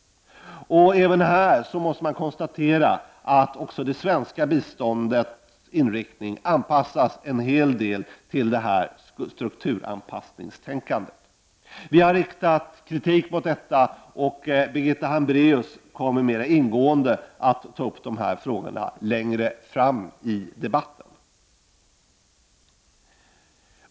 Det måste konstateras att även det svenska biståndet till stor del inriktas på detta strukturanpassningstänkande. Vi i centern har riktat kritik mot detta. Birgitta Hambraeus kommer senare i dag att mer ingående ta upp dessa frågor till debatt.